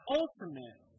ultimate